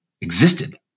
existed